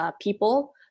people